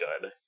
good